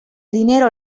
dinero